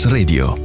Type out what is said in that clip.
Radio